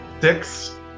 Six